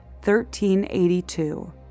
1382